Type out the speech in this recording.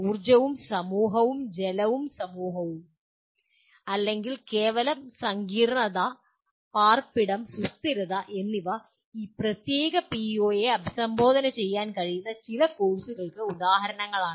ഊർജ്ജവും സമൂഹവും ജലവും സമൂഹവും അല്ലെങ്കിൽ കേവലം സങ്കീർണ്ണത പാർപ്പിടം സുസ്ഥിരത എന്നിവ ഈ പ്രത്യേക പിഒയെ അഭിസംബോധന ചെയ്യാൻ കഴിയുന്ന ചില കോഴ്സുകൾക്ക് ചില ഉദാഹരണങ്ങളാണ്